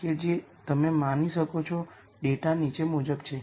કે જે તમે માની શકો છો ડેટા નીચે મુજબ છે